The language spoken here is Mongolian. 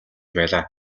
байлаа